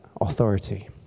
authority